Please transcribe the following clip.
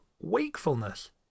wakefulness